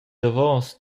davos